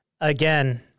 again